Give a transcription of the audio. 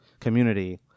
community